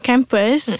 Campus